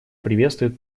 приветствует